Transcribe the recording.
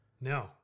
No